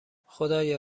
خدایا